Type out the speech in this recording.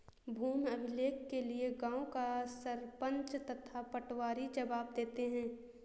भूमि अभिलेख के लिए गांव का सरपंच तथा पटवारी जवाब देते हैं